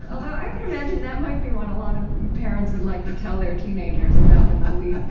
i would imagine that might be one a lot of parents would like to tell their teenagers and have them believe.